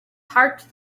heart